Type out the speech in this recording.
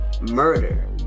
murder